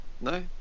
No